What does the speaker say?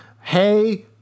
Hey